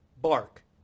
bark